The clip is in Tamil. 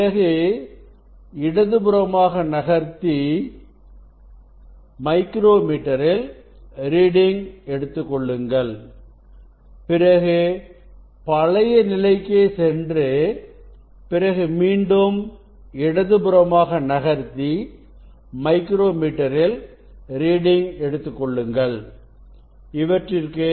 பிறகு இடதுபுறமாக நகர்த்தி மைக்ரோ மீட்டரில் ரீடிங் எடுத்துக் கொள்ளுங்கள் பிறகு பழைய நிலைக்கே சென்று பிறகு மீண்டும் இடது புறமாக நகர்த்தி மைக்ரோ மீட்டரில் ரீடிங் எடுத்துக்கொள்ளுங்கள் இவற்றிற்கு